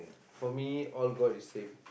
for me all god is same